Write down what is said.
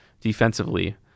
defensively